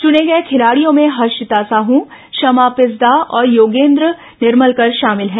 चुने गए खिलाड़ियों में हर्षिता साहू क्षमा पिस्दा और योगेन्द्र निर्मलकर शामिल हैं